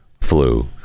flu